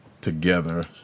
together